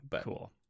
Cool